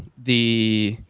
the,